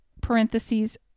parentheses